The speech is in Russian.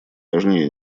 важнее